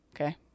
Okay